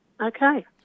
Okay